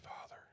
Father